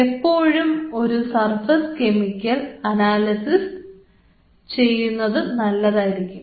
എപ്പോഴും ഒരു surface chemical analysis ചെയ്യുന്നത് നല്ലതായിരിക്കും